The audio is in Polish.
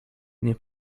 nie